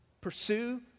pursue